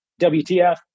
WTF